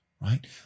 right